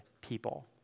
people